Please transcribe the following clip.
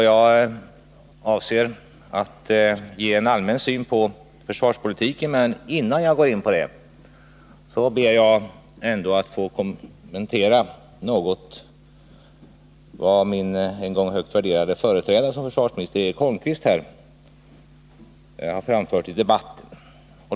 Jag avser att ge en allmän syn på försvarspolitiken, men innan jag går in på denna ber jag att något få kommentera vad min högt värderade företrädare som försvarsminister Eric Holmqvist har framfört i debatten.